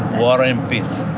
war and peace